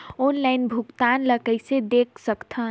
Online भुगतान ल कइसे देख सकथन?